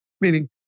Meaning